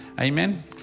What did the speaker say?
Amen